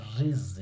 reason